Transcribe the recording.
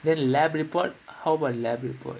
then laboratory report how about laboratory report